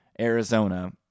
Arizona